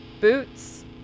boots